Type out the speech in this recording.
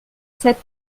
sept